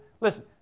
Listen